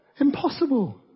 Impossible